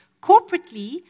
Corporately